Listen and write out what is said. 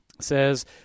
says